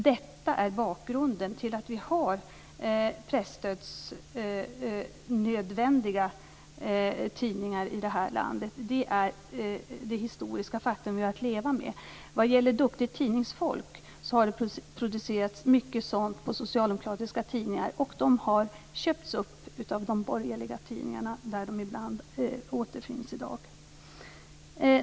Detta är bakgrunden till att vi har presstödsnödvändiga tidningar i det här landet. Det är det historiska faktum som vi har att leva med. När det gäller duktigt tidningsfolk har det producerats mycket sådant på socialdemokratiska tidningar. Dessa människor har sedan köpts upp av de borgerliga tidningarna där de kan återfinnas i dag.